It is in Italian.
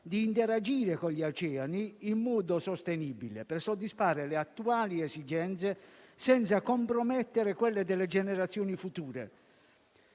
di interagire con gli oceani in modo sostenibile per soddisfare le attuali esigenze, senza compromettere quelle delle generazioni future.